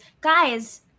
guys